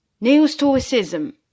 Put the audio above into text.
neo-stoicism